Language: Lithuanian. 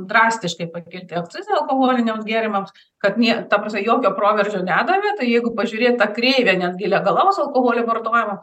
drastiškai pakelti akcizą alkoholiniams gėrimams kad nė ta prasme jokio proveržio nedavė tai jeigu pažiūrėt tą kreivę netgi legalaus alkoholio vartojimo